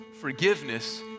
forgiveness